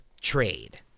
trade